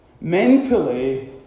mentally